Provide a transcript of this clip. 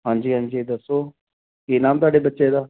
ਹਾਂਜੀ ਹਾਂਜੀ ਦੱਸੋ ਕੀ ਨਾਮ ਤੁਹਾਡੇ ਬੱਚੇ ਦਾ